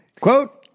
Quote